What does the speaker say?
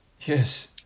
Yes